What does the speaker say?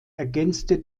ergänzte